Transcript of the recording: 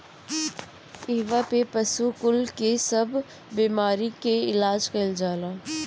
इहा पे पशु कुल के सब बेमारी के इलाज कईल जाला